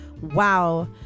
Wow